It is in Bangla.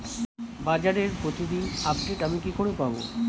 বাজারের প্রতিদিন আপডেট আমি কি করে পাবো?